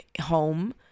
home